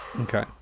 Okay